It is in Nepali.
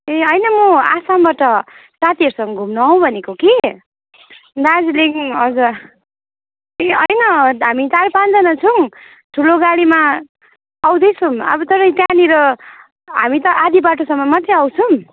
ए हैन म आसामबाट साथीहरूसँग घुम्नु आऊँ भनेको कि दार्जिलिङ हजुर ए हैन हामी चारपाँचजना छौँ ठुलो गाडीमा आउँदै छौँ अब तर त्यहाँनिर हामी त आधी बाटोसम्म मात्रै आउँछौँ